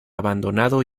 abandonado